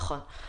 נכון.